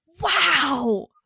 Wow